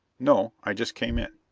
no. i just came in.